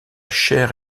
chair